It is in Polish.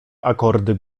akordy